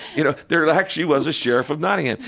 you know? there actually was a sheriff of nottingham.